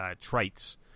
traits